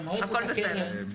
הכול בסדר.